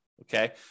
Okay